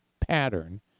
pattern